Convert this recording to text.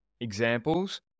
examples